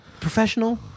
Professional